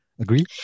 Agree